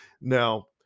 Now